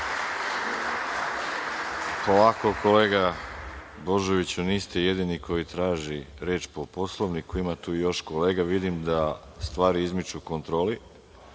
kolega Božoviću, niste jedini koji traži reč po Poslovniku. Ima tu još kolega. Vidim da stvari izmiču kontroli,